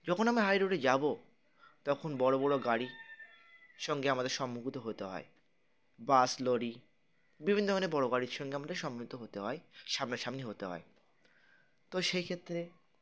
যখন আমরা হাই রোডে যাবো তখন বড়ো বড়ো গাড়ির সঙ্গে আমাদের সম্মুখিত হতে হয় বাস লরি বিভিন্ন ধরনের বড়ো গাড়ির সঙ্গে আমাদের সম্মুখিত হতে হয় সামনাসামনি হতে হয় তো সেই ক্ষেত্রে